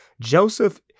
Joseph